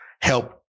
help